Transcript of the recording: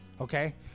okay